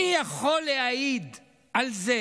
מי יכול להעיד על זה